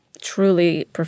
truly